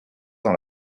dans